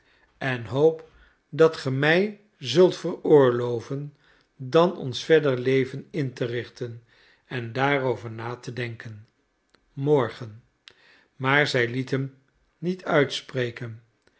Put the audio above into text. en hoop dat ge mij zult veroorloven dan ons verder leven in te richten en daarover na te denken morgen maar zij liet hem niet uitspreken